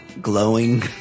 Glowing